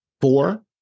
Four